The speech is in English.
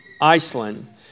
Iceland